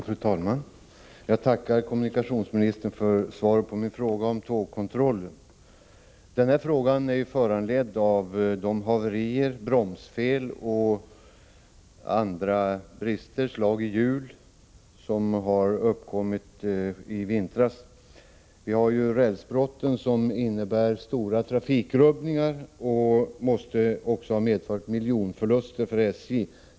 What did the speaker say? Fru talman! Jag tackar kommunikationsministern för svaret på min fråga om tågkontroll. Frågan är föranledd av de haverier, bromsfel, slag i hjul och olika brister som uppkommit i vintras. Rälsbrotten innebär stora trafikrubbningar och måste också ha medfört miljonförluster för SJ.